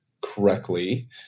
correctly –